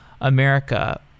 America